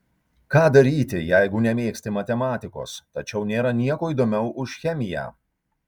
ką daryti jeigu nemėgsti matematikos tačiau nėra nieko įdomiau už chemiją